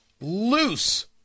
loose